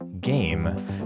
game